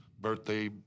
birthday